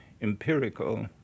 empirical